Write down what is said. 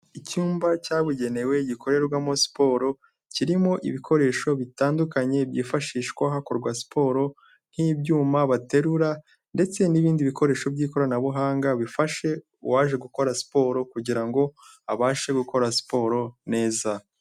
Icyumba cyabugenewe gikorerwamo siporo kirimo ibikoresho bitandukanye byifashishwa hakorwa siporo, nk'ibyuma baterura ndetse n'ibindi bikoresho by'ikoranabuhanga bifashe uwaje gukora siporo kugira ngo abashe gukora siporo neza.